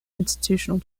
institutional